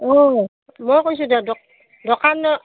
অঁ মই কৈছোঁ দে দোকানত